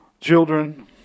children